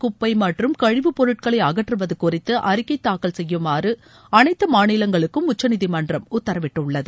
குப்பை மற்றும் கழிவுப் பொருட்களை அகற்றுவது குறித்து அறிக்கை தூக்கல் செய்யுமாறு அனைத்து மாநிலங்களுக்கும் உச்சநீதிமன்றம் உத்தரவிட்டுள்ளது